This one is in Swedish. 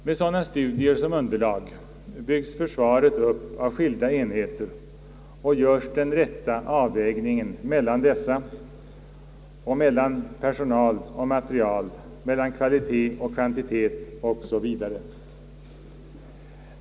Med sådana studier som underlag byggs försvaret upp av skilda enheter och göres den rätta avvägningen mellan dessa enheter och mellan personal och material, mellan kvalitet och kvantitet o. s. v.